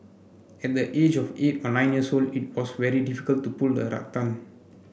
at the age of eight or nine years old it was very difficult to pull the rattan